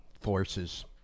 forces